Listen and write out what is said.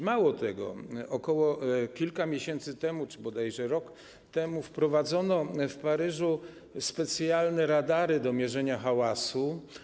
Mało tego, kilka miesięcy temu, bodajże rok temu, wprowadzono w Paryżu specjalne radary do mierzenia hałasu.